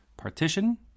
partition